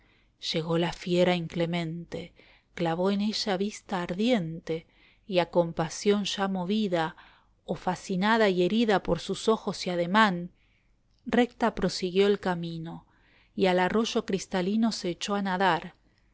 llegó la fiera inclemente clavó en ella vista ardiente y a compasión ya movida o fascinada y herida por sus ojos y ademán recta prosiguió el camino y al arroyo cristalino se echó a andar